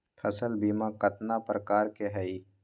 फसल बीमा कतना प्रकार के हई?